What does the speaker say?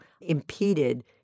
impeded